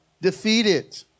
defeated